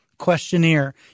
questionnaire